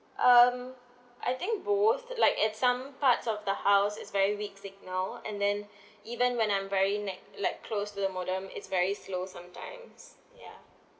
um I think both like at some parts of the house is very weak signal and then even when I'm very ne~ like close to the modem is very slow sometimes ya